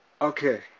Okay